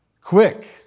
Quick